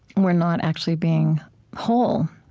we're not actually being whole,